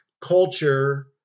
Culture